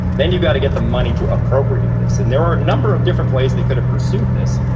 then you've got to get the money to appropriate this. and there are a number of different ways they could have pursued this.